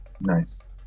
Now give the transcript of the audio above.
Nice